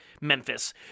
Memphis